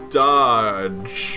dodge